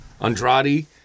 Andrade